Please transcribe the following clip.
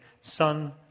son